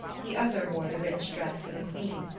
the other wore the rich dress of a queen,